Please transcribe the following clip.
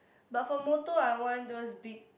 but for motor I want those big